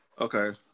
Okay